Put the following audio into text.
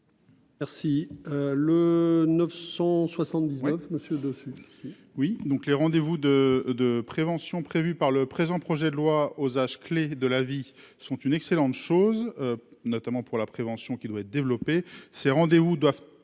Merci le 979 Monsieur dessus. Oui, donc les rendez-vous de de prévention prévues par le présent projet de loi aux âges clés de la vie sont une excellente chose, notamment pour la prévention qui doit être développée ces rendez-où doivent